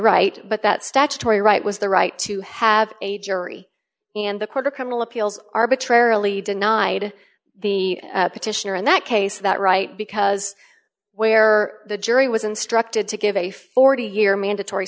right but that statutory right was the right to have a jury and the court of criminal appeals arbitrarily denied the petitioner in that case that right because where the jury was instructed to give a forty year mandatory